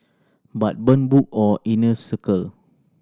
but burn book or inner circle